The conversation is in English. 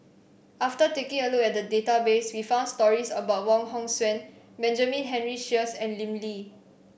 after taking a look at the database we found stories about Wong Hong Suen Benjamin Henry Sheares and Lim Lee